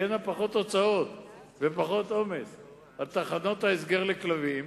וגם תהיינה פחות הוצאות ויהיה פחות עומס על תחנות ההסגר לכלבים,